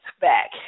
back